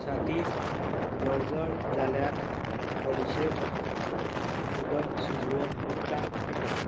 छाती जळजळ जाल्यार बडिशेप उदक शिजोवन उदकांत पिता